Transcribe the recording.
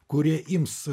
kurie ims